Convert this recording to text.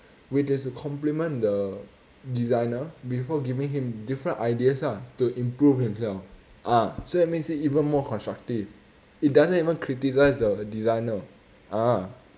which is to compliment the designer before giving him different ideas ah to improve himself ah so that makes it even more constructive it doesn't even criticise the designer ah